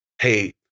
Hey